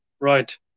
Right